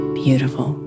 beautiful